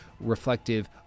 reflective